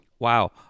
Wow